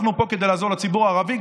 אנחנו פה כדי לעזור גם לציבור הערבי.